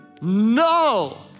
No